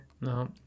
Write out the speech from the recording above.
no